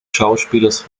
schauspielers